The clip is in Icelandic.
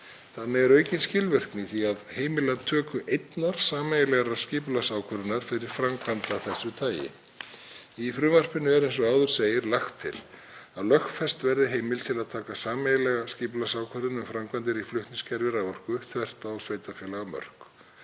Þannig er aukin skilvirkni í því að heimila töku einnar sameiginlegrar skipulagsákvörðunar fyrir framkvæmd af þessu tagi. Í frumvarpinu er, eins og áður segir, lagt til að lögfest verði heimild til að taka sameiginlega skipulagsákvörðun um framkvæmdir í flutningskerfi raforku þvert á sveitarfélagamörk.